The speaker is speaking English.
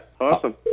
Awesome